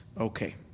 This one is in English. Okay